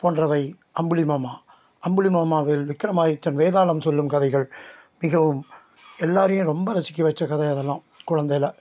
போன்றவை அம்புலி மாமா அம்புலி மாமாவின் விக்ரமாதித்தன் வேதாளம் சொல்லும் கதைகள் மிகவும் எல்லோரையும் ரொம்ப ரசிக்க வச்ச கதை அதெல்லாம் குழந்தையில